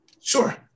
Sure